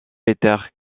peter